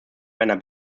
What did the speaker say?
einer